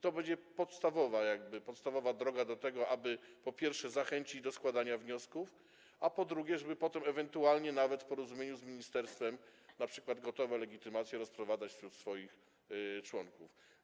To będzie jakby podstawowa droga do tego, po pierwsze, żeby zachęcić do składania wniosków, a po drugie, żeby potem, ewentualnie nawet w porozumieniu z ministerstwem, np. gotowe legitymacje rozprowadzać wśród swoich członków.